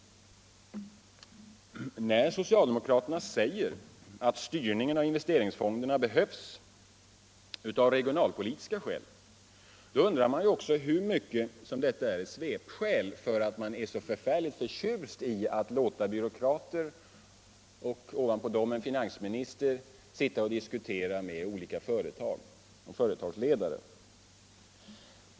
När socialdemokraterna säger att styrningen av investeringsfonderna behövs av regionalpolitiska skäl undrar man också hur mycket svepskäl det ligger i detta påstående. Snarare är det väl så eftersom man är så förfärligt förtjust i att låta byråkrater, och ovanpå dem en finansminister, sitta och diskutera med olika företagsledare.